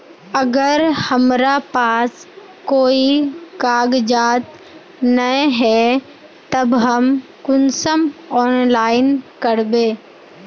अगर हमरा पास कोई कागजात नय है तब हम कुंसम ऑनलाइन करबे?